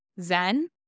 zen